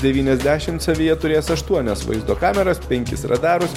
devyniasdešim savyje turės aštuonias vaizdo kameras penkis radarus